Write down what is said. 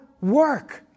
work